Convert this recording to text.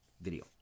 video